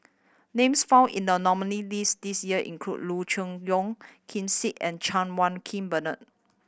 names found in the nominee list this year include Loo Choon Yong Ken Seet and Chan Wah King Bernard